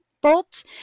bolt